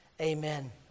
Amen